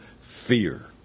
fear